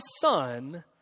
son